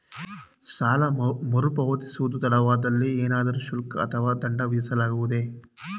ಸಾಲ ಮರುಪಾವತಿಸುವುದು ತಡವಾದಲ್ಲಿ ಏನಾದರೂ ಶುಲ್ಕ ಅಥವಾ ದಂಡ ವಿಧಿಸಲಾಗುವುದೇ?